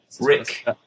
Rick